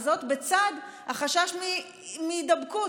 וזאת בצד החשש מהידבקות,